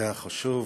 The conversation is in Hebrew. זה החשוב,